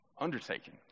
undertaking